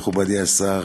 מכובדי השר,